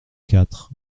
quatre